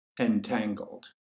entangled